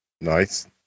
Nice